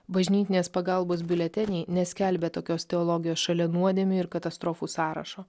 bažnytinės pagalbos biuleteniai neskelbia tokios teologijos šalia nuodėmių ir katastrofų sąrašo